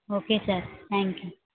okay sir thank you